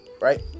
right